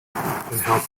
helped